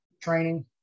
training